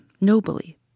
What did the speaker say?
nobly